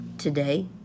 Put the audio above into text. today